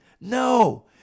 no